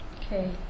Okay